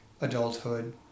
adulthood